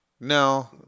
No